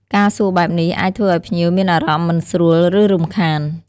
ការសួរបែបនេះអាចធ្វើឱ្យភ្ញៀវមានអារម្មណ៍មិនស្រួល ឬរំខាន។